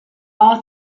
all